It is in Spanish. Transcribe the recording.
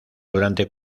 durante